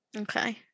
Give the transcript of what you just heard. Okay